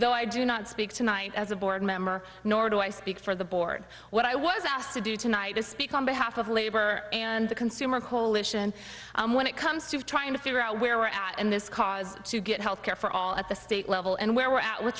though i do not speak tonight as a board member nor do i i speak for the board what i was asked to do tonight is speak on behalf of labor and the consumer polish and when it comes to trying to figure out where we're out in this cause to get health care for all at the state level and where we're at we're